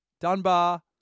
Dunbar